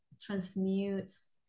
transmutes